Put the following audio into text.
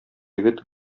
егет